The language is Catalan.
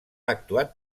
actuat